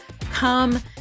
Come